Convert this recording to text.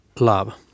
love